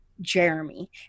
Jeremy